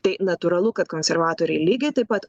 tai natūralu kad konservetoriai lygiai taip pat